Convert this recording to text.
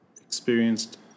experienced